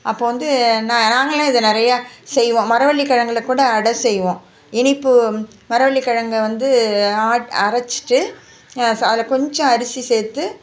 அப்போ வந்து நான் நாங்கள்லாம் இதை நிறையா செய்வோம் மரவள்ளிக்கிழங்குல கூட அடை செய்வோம் இனிப்பு மரவள்ளிக்கிழங்க வந்து ஆட் அரைச்சிட்டு அதில் கொஞ்சம் அரிசி சேர்த்து